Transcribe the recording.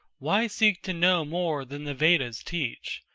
why seek to know more than the vedas teach?